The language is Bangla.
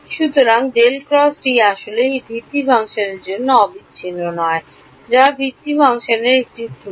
সুতরাং ∇× আসলে এই ভিত্তি ফাংশনের জন্য অবিচ্ছিন্ন নয় যা ভিত্তি ফাংশনের একটি ত্রুটি